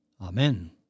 Amen